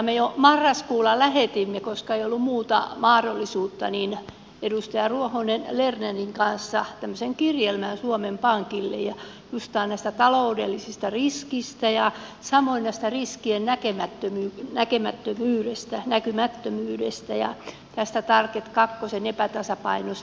me jo marraskuulla lähetimme koska ei ollut muuta mahdollisuutta edustaja ruohonen lernerin kanssa tämmöisen kirjelmän suomen pankille näistä taloudellisista riskeistä ja samoin tästä riskien näkymättömyydestä ja tästä target kakkosen epätasapainosta